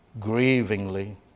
Grievingly